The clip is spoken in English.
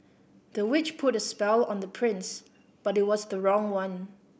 the witch put a spell on the prince but it was the wrong one